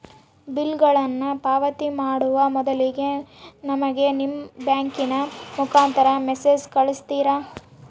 ಬಿಲ್ಲುಗಳನ್ನ ಪಾವತಿ ಮಾಡುವ ಮೊದಲಿಗೆ ನಮಗೆ ನಿಮ್ಮ ಬ್ಯಾಂಕಿನ ಮುಖಾಂತರ ಮೆಸೇಜ್ ಕಳಿಸ್ತಿರಾ?